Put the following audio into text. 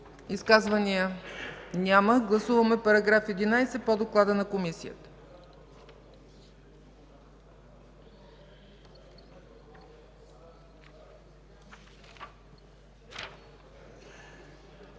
Изказвания? Няма. Гласуваме § 11 по доклада на Комисията.